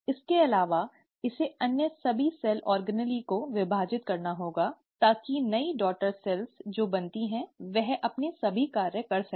इसके अलावा इसे अन्य सभी सेल ऑर्गेनेल को विभाजित करना होगा ताकि नई डॉटर सेल जो बनती है वह अपने सभी कार्य कर सके